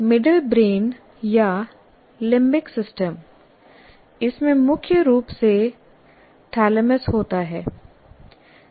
middle brain या limbic system इसमें मुख्य रूप से थैलेमस होता है